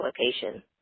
location